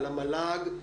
על המל"ג,